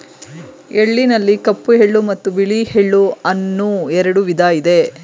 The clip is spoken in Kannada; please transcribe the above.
ಎಳ್ಳಿನಲ್ಲಿ ಕಪ್ಪು ಎಳ್ಳು ಮತ್ತು ಬಿಳಿ ಎಳ್ಳು ಅನ್ನೂ ಎರಡು ವಿಧ ಇದೆ